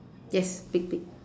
yes thick thick